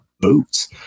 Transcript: boots